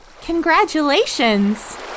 Congratulations